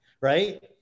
right